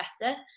better